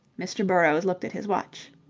mr. burrows looked at his watch.